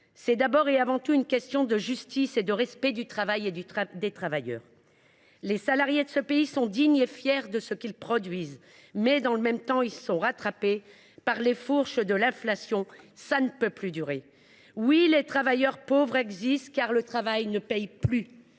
C’est d’abord et avant tout une question de justice et de respect du travail et des travailleurs. Les salariés de ce pays sont dignes et fiers de ce qu’ils produisent, mais, dans le même temps, ils passent sous les fourches de l’inflation. Cela ne peut plus durer. Oui, les travailleurs pauvres existent, car le travail ne paie plus